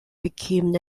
became